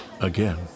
again